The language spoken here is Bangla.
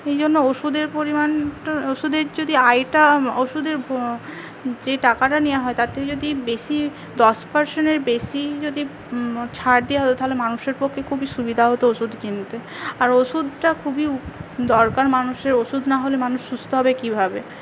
এইজন্য ওষুধের পরিমানটা ওষুধের যদি আয়টা ওষুধের যে টাকাটা নেওয়া হয় তার থেকে যদি বেশি দশ পারসেন্টের বেশি যদি ছাড় দেওয়া হয় তাহলে মানুষের পক্ষে খুবই সুবিধা হত ওষুধ কিনতে আর ওষুধটা খুবই দরকার মানুষের ওষুধ নাহলে মানুষ সুস্থ হবে কিভাবে